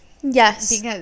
Yes